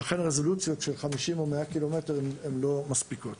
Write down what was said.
לכן הרזולוציות של 50 או 100 קילומטר לא מספיקות.